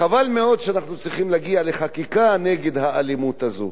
חבל מאוד שאנחנו צריכים להגיע לחקיקה נגד האלימות הזאת.